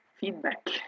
feedback